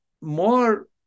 more